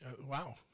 Wow